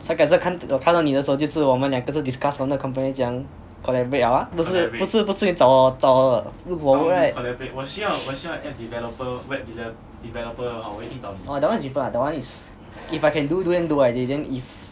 这样改次我看到我看到你的时候就是我们两个在 discuss 我们的 company 怎样 collaborate liao ah 不是不是不是你找我找我我 right oh that one is different ah that one is if I can do then do by the day then if